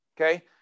okay